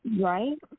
Right